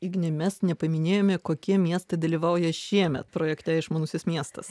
igne mes nepaminėjome kokie miestai dalyvauja šiemet projekte išmanusis miestas